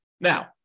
Now